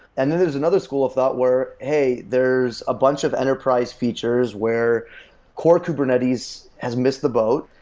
and then, there's another school of thought where, hey, there's a bunch of enterprise features where core kubernetes has missed the boat,